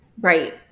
Right